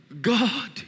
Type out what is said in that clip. God